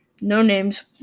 no-names